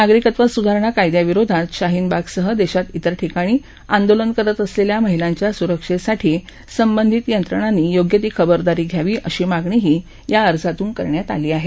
नागरिकत्व स्धारणा कायद्याविरोधात शाहीनबागसह देशात इतर ठिकाणी आंदोलन करत असलेल्या महिलांच्या सुरक्षेसाठी संबंधित यंत्रणांनी योग्य ती खबरदारी घ्यावी अशी मागणीही या अर्जातून करण्यात आली आहे